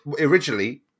originally